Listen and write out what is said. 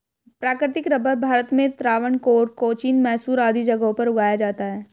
प्राकृतिक रबर भारत में त्रावणकोर, कोचीन, मैसूर आदि जगहों पर उगाया जाता है